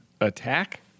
attack